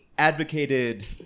advocated